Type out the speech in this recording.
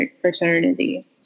fraternity